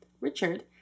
richard